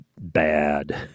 bad